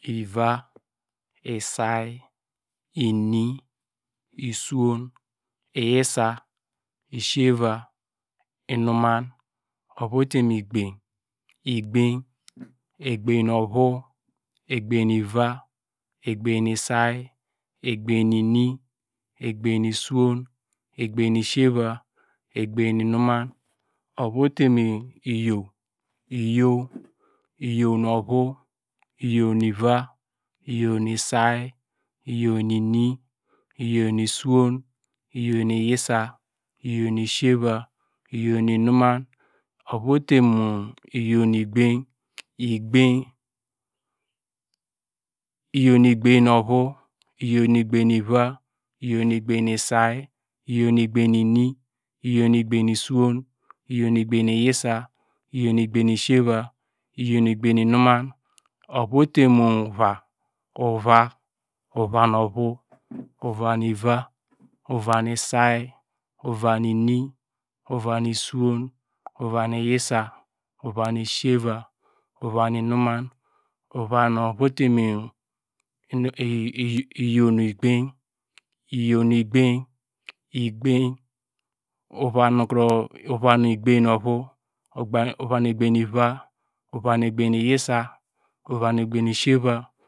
Iva say ini suwon yisa siyeya inuman ovu ote mu egbany egbany egbany nu ovui egbany egbany nu ovui egbany ivei egbany nu say egbany nu mi egbany nu suivoi egbany siyeva egbany inuman ovu ote mu iyow iyow iyow nu ovu iyow nu iva iyau nu say iyow nu ini iyow nu suwon iyow nu yisa iwow nusiyeva iyow nu inuman ovu ote mu iyow nu egbany egbany iyow nu egbany ouu iyow nu egbany nu iva iyow nu egbany nu say iyow nu egbany ini iyow nu egbany suwon iyow nu egbany yisa iyow nu egbany siyeva iyow nu egbany inman ovui ote mu ova uva uva nu uvo uva nu iva uva nu say uva nuini uva suwon unva nu yisa uva nu siyeya ovu nu inuman iyow nu egbany egbanny egbany uva nu nu kro egbany nu ovu ova nu egbany nu yisa uva nu egbany siyeva